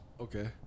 Okay